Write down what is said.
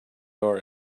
are